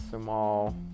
small